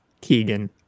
Keegan